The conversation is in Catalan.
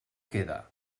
queda